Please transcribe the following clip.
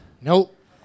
Nope